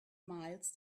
miles